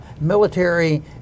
military